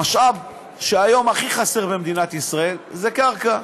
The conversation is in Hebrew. המשאב שהיום הכי חסר במדינת ישראל זה קרקע.